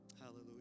Hallelujah